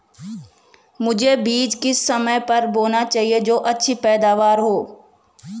मुझे बीज किस समय पर बोना चाहिए जो अच्छी पैदावार हो?